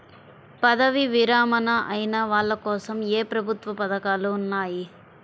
పదవీ విరమణ అయిన వాళ్లకోసం ఏ ప్రభుత్వ పథకాలు ఉన్నాయి?